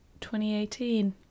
2018